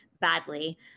badly